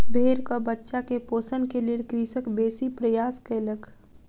भेड़क बच्चा के पोषण के लेल कृषक बेसी प्रयास कयलक